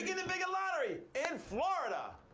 the bigot lottery. in florida.